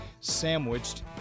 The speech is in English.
sandwiched